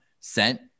sent